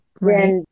right